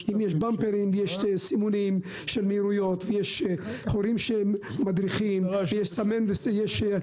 אם יש במפרים ויש סימונים של מהירויות ויש הורים שמדריכים ויש סימון.